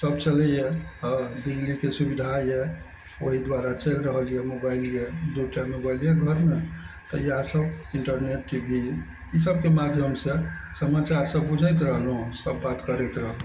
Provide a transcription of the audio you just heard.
सब चलइए बिजलीके सुविधा यऽ ओहि दुआरे चलि रहल यऽ मोबाइल यऽ दू टा मोबाइल यऽ घरमे तऽ इएह सब इंटरनेट टी वी ई सबके माध्यमसँ समाचार सब बुझैत रहलहुँ सब बात करैत रहलहुँ